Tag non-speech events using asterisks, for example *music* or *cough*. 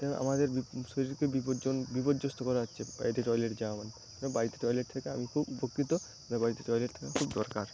তাই আমাদের *unintelligible* শরীরকে *unintelligible* বিপর্যস্থ করা হচ্ছে বাইরে টয়লেট যাওয়া মানে বাড়িতে টয়লেট থেকে আমি খুব উপকৃত বাড়িতে টয়লেট থাকা খুব দরকার